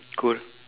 cool